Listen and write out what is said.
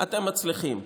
אתם מצליחים.